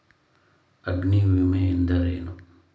ಅಗ್ನಿವಿಮೆ ಎಂದರೇನು?